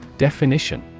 Definition